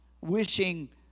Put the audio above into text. wishing